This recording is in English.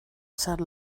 sad